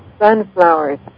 sunflowers